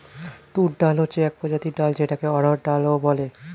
তুর ডাল হচ্ছে এক প্রজাতির ডাল যেটাকে অড়হর ডাল ও বলে